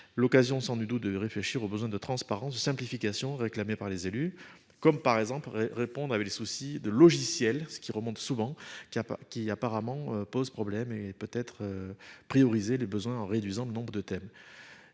L'occasion sans du dos de réfléchir au besoin de transparence, simplification réclamée par les élus comme par exemple répondre avec les soucis de logiciels. Ce qui remonte souvent qui a pas qui apparemment pose problème et peut être. Prioriser les besoins en réduisant le nombre de thèmes.